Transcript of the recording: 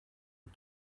but